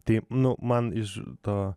tai nu man iš to